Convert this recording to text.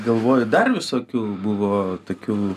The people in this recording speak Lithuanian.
galvoju dar visokių buvo tokių